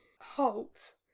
halt